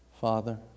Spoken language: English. Father